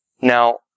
Now